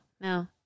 no